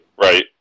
Right